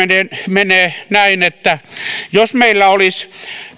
menee näin että jos meillä olisi